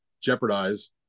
jeopardize